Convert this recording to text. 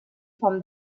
form